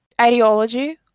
ideology